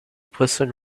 persons